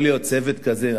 יכול להיות צוות כזה?